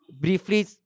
briefly